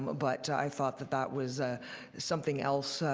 um ah but i thought that that was something else,